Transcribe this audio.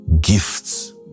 gifts